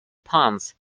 puns